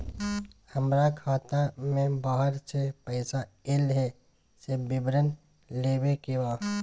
हमरा खाता में बाहर से पैसा ऐल है, से विवरण लेबे के बा?